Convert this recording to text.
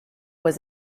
was